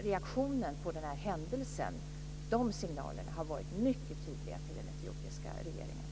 Reaktionen på händelsen och signalerna till den etiopiska regeringen har som sagt varit mycket tydliga.